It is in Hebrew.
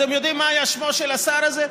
אתם יודעים מה היה שמו של השר הזה?